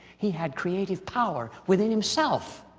he had creative power within himself.